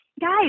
guys